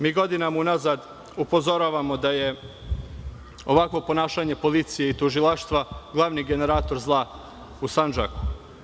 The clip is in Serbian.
Mi godinama u nazad upozoravamo da je ovakvo ponašanje policije i tužilaštva glavni generator zla u Sandžaku.